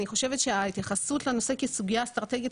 אני חושבת שההתייחסות לנושא כסוגיה אסטרטגית,